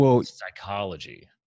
psychology